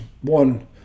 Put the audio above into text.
one